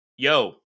Yo